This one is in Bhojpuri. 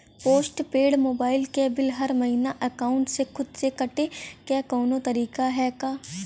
पोस्ट पेंड़ मोबाइल क बिल हर महिना एकाउंट से खुद से कटे क कौनो तरीका ह का?